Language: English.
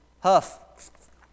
Huff